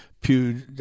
Pew